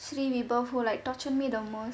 shri vaibhav who like torture me the most